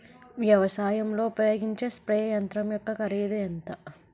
వ్యవసాయం లో ఉపయోగించే స్ప్రే యంత్రం యెక్క కరిదు ఎంత?